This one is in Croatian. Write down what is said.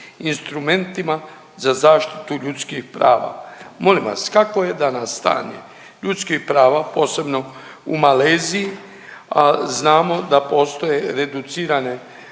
za zaštitu ljudskih prava. Molim vas kakvo je danas stanje ljudskih prava posebno u Maleziji, a znamo da postoje reducirane